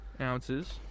ounces